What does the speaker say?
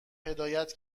هدایت